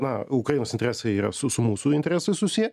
na ukrainos interesai yra su su mūsų interesais susiję